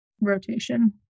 rotation